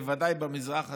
בוודאי במזרח התיכון,